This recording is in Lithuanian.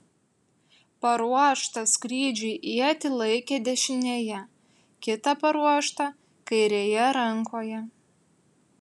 paruoštą skrydžiui ietį laikė dešinėje kitą paruoštą kairėje rankoje